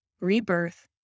rebirth